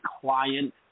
client